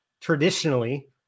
traditionally